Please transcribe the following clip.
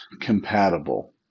compatible